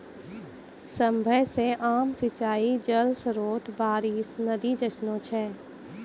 सभ्भे से आम सिंचाई जल स्त्रोत बारिश, नदी जैसनो छै